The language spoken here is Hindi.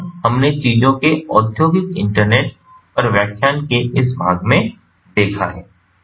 तो यह हमने चीजों के औद्योगिक इंटरनेट पर व्याख्यान के इस भाग में देखा है